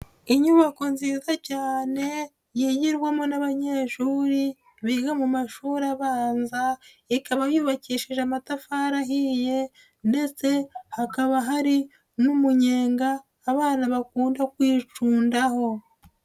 Inyubako nziza cyane yigirwamo n'abanyeshuri biga mu mashuri abanza ikaba yubakishije amatafari ahiye ndetse hakaba hari n'umunyenga abana bakunda kwicundaho.